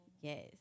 Yes